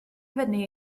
fyny